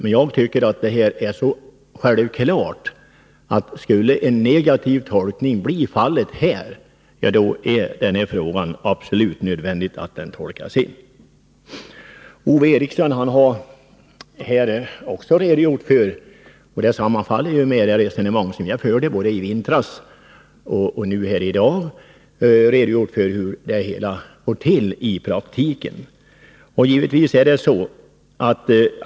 Men jag tycker att det är självklart, att om det blir en negativ tolkning, är det absolut nödvändigt att man på nytt tar upp den här frågan i riksdagen. Ove Eriksson har redogjort för hur det hela går till i praktiken, och den redogörelsen sammanfaller med det resonemang som jag förde i vintras och häri dag.